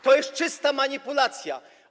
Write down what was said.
To jest czysta manipulacja.